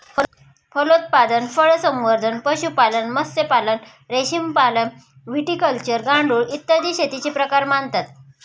फलोत्पादन, फळसंवर्धन, पशुपालन, मत्स्यपालन, रेशीमपालन, व्हिटिकल्चर, गांडूळ, इत्यादी शेतीचे प्रकार मानतात